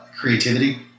creativity